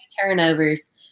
turnovers